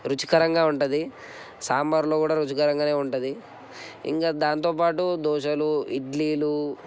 రుచికరంగా ఉంటది సాంబార్లో కూడా రుచికరంగానే ఉంటుంది ఇంకా దాంతోపాటు దోశలు ఇడ్లీలు